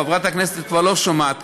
חברת הכנסת כבר לא שומעת,